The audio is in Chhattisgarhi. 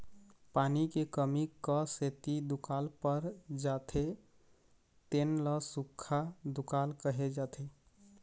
पानी के कमी क सेती दुकाल पर जाथे तेन ल सुक्खा दुकाल कहे जाथे